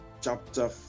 chapter